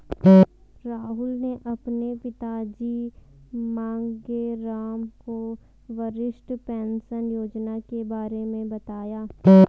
राहुल ने अपने पिताजी मांगेराम को वरिष्ठ पेंशन योजना के बारे में बताया